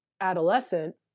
adolescent